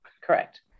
Correct